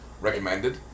recommended